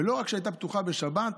ולא רק שהייתה פתוחה בשבת,